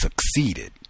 succeeded